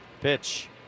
Pitch